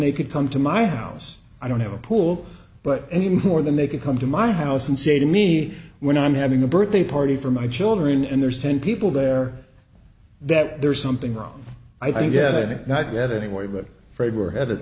they could come to my house i don't have a pool but any more than they could come to my house and say to me when i'm having a birthday party for my children and there's ten people there that there is something wrong i get it not yet anyway but fraid were headed